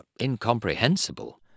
incomprehensible